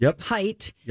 height